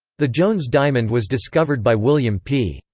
the jones diamond was discovered by william p.